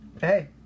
hey